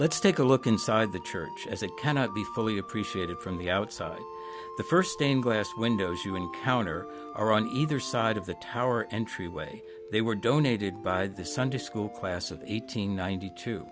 let's take a look inside the church as it cannot be fully appreciated from the outside the first stained glass windows you encounter are on either side of the tower entryway they were donated by the sunday school class of eight hundred ninety two